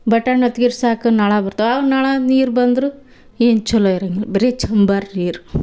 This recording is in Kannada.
ಬಟಣ್ ಒತ್ತಿದ್ರೆ ಸಾಕು ನಳ ಬರ್ತವೆ ಆ ನಳ ನೀರು ಬಂದ್ರೆ ಏನೂ ಚಲೋ ಇರಂಗಿಲ್ಲ ಬರೇ ಛಂಬರ್ ನೀರು